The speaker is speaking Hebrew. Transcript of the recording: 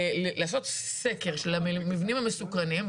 לעשות סקר של המבנים המסוכנים,